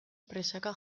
presaka